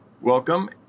Welcome